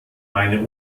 meine